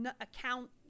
account